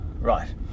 Right